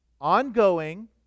ongoing